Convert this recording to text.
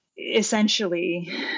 Essentially